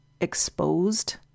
exposed